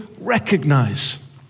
recognize